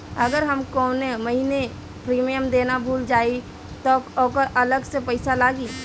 अगर हम कौने महीने प्रीमियम देना भूल जाई त ओकर अलग से पईसा लागी?